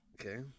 Okay